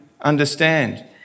understand